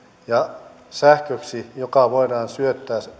ja sähköksi jolloin ylimääräinen sähkö voidaan syöttää